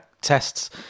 tests